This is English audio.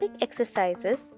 exercises